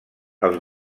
els